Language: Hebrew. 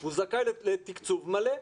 הוא זכאי לתקצוב מלא.